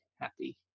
happy